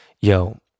yo